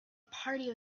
party